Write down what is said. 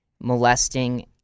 molesting